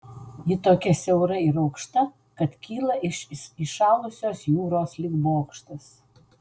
ji tokia siaura ir aukšta kad kyla iš įšalusios jūros lyg bokštas